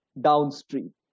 downstream